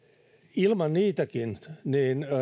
ilman niitäkin